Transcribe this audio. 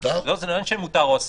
זה לא עניין של מותר או אסור.